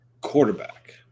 quarterback